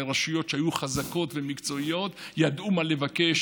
רשויות שהיו חזקות ומקצועיות וידעו מה לבקש,